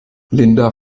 linda